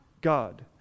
God